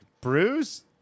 Bruce